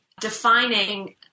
defining